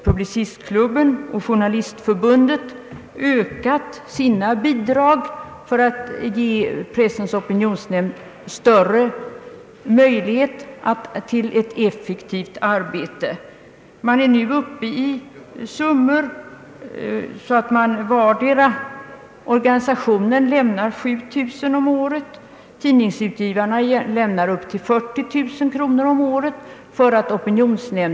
Publicistklubben och Journalistförbundet har ökat sina bidrag till nämnden för att ge den bättre möjligheter att arbeta effektivt. De bägge organisationerna lämnar nu årligen 7000 kronor vardera, och tidningsutgivarna lämnar upp till 40 000 kronor om året.